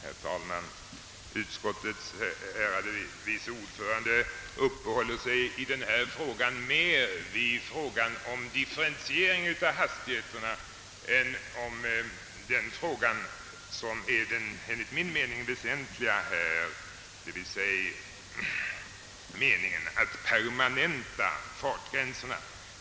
Herr talman! Utskottets ärade vice ordförande uppehåller sig i det här sammanhanget mer vid frågan om differentiering av hastigheterna än vid den fråga som enligt min mening är den väsentliga här, d. v. s. de permanenta fartgränserna.